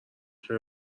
خیر